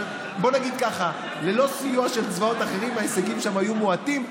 אבל בוא נגיד ככה: ללא סיוע של צבאות אחרים ההישגים שם היו מועטים.